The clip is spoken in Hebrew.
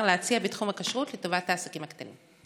להציע בתחום הכשרות לטובת העסקים הקטנים?